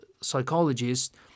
psychologist